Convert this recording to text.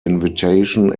invitation